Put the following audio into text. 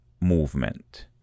movement